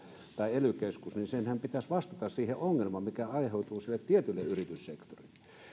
tai ely keskuksesta pitäisi vastata siihen ongelmaan mikä aiheutuu sille tietylle yrityssektorille